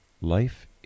Life